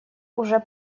уже